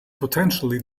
potentially